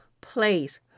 place